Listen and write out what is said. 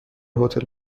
هتل